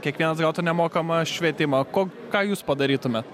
kiekvienas gautų nemokamą švietimą ko ką jūs padarytumėt